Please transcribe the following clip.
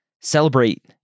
celebrate